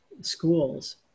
schools